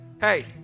hey